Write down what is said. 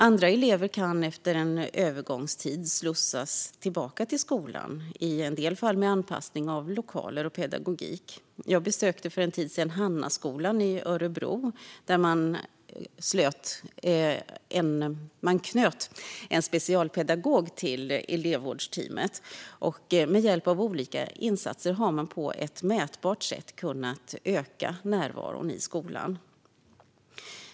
Vissa elever kan efter en övergångstid slussas tillbaka till skolan, i en del fall med anpassning av lokaler och pedagogik. Jag besökte för en tid sedan Hannaskolan i Örebro, där man knöt en specialpedagog till elevvårdsteamet. Med hjälp av olika insatser har man på ett mätbart sätt kunnat öka närvaron i skolan.